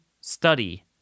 study